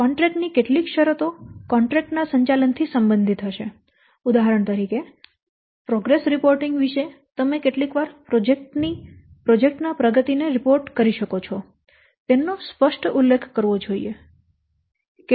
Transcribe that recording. contract ની કેટલીક શરતો કોન્ટ્રેક્ટ ના સંચાલન થી સંબંધિત હશે ઉદાહરણ તરીકે પ્રોગ્રેસ રિપોર્ટિંગ વિશે તમે કેટલી વાર પ્રોજેક્ટ ના પ્રગતિ ને રિપોર્ટ કરી શકો છો તેનો સ્પષ્ટ ઉલ્લેખ કરવો જોઇએ